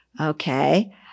okay